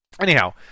Anyhow